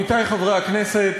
עמיתי חברי הכנסת,